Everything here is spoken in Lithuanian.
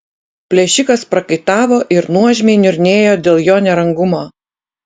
plėšikas prakaitavo ir nuožmiai niurnėjo dėl jo nerangumo